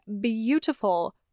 beautiful